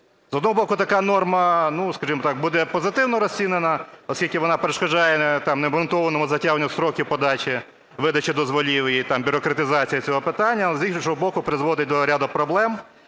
З одного боку, така норма, ну, скажімо так, буде позитивно розцінена, оскільки вона перешкоджає необґрунтованому затягуванню строків подачі, видачі дозволів і там бюрократизація цього питання, але з іншого боку, призводить до ряду проблем.